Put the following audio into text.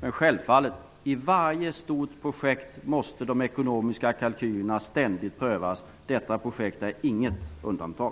Men i varje stort projekt måste de ekonomiska kalkylerna ständigt prövas. Detta projekt är inget undantag.